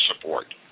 support